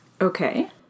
Okay